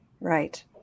right